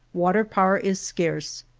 water-power is scarce,